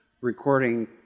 recording